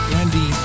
Wendy